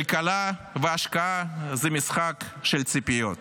כלכלה והשקעה הן משחק של ציפיות.